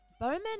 Bowman